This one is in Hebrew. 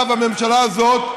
ועכשיו הממשלה הזאת,